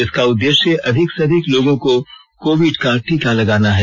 इसका उद्देश्य अधिक से अधिक लोगों को कोविड टीका लगाना है